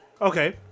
Okay